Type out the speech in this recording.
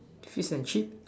fish and chip